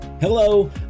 Hello